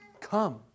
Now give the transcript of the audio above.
Come